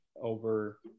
over